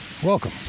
Welcome